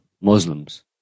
Muslims